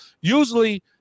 Usually